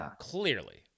Clearly